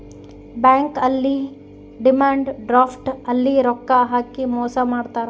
bank ಅಲ್ಲಿ demand draft ಅಲ್ಲಿ ರೊಕ್ಕ ಹಾಕಿ ಮೋಸ ಮಾಡ್ತಾರ